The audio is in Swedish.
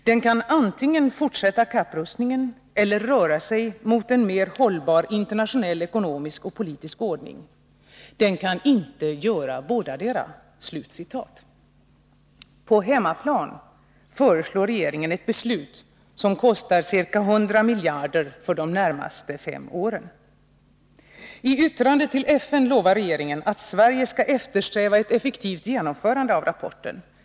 Den kan antingen fortsätta kapprustningen eller röra sig mot en mer hållbar internationell ekonomisk och politisk ordning. Den kan inte göra bådade På hemmaplan föreslår regeringen ett beslut som kostar 100 miljarder för de närmaste fem åren. IT yttrandet till FN lovar regeringen att Sverige skall eftersträva ett effektivt genomförande av rapporten.